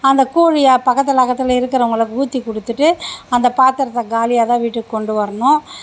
அந்த கூழ் ஏ பக்கத்தில் அக்கத்தில் இருக்கிறவங்களுக்கு ஊற்றி கொடுத்துட்டு அந்த பாத்திரத்தை காலியாக தான் வீட்டுக்குக் கொண்டு வரணும்